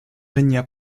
régna